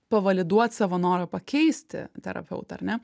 pavaliduot savo norą pakeisti terapeutą ar ne